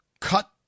cut